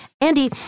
Andy